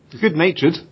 Good-natured